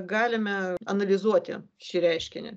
galime analizuoti šį reiškinį